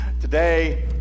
Today